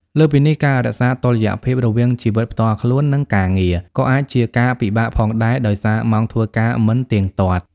លើសពីនេះ ការរក្សាតុល្យភាពរវាងជីវិតផ្ទាល់ខ្លួន និងការងារ ក៏អាចជាការពិបាកផងដែរ ដោយសារម៉ោងធ្វើការមិនទៀងទាត់។